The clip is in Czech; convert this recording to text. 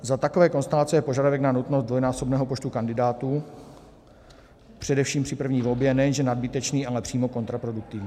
Za takové konstelace je požadavek na nutnost dvojnásobného počtu kandidátů především při první volbě nejenže nadbytečný, ale přímo kontraproduktivní.